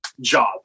job